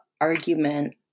argument